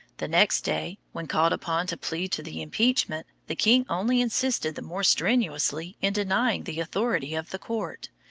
the next day, when called upon to plead to the impeachment, the king only insisted the more strenuously in denying the authority of the court,